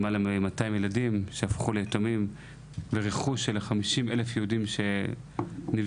למעלה ממאתיים ילדים שהפכו ליתומים ורכוש של חמישים אלף יהודים שנבזז